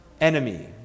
enemy